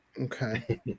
Okay